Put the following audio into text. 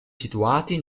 situati